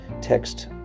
text